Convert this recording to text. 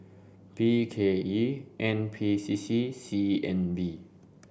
B K E N P C C C N B